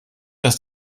dass